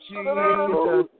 Jesus